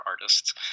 artists